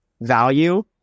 value